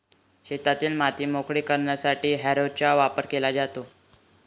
शेतातील माती मोकळी करण्यासाठी हॅरोचा वापर केला जातो